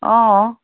অ'